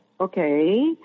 okay